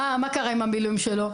מה, מה קרה עם המילים שלו?